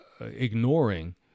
ignoring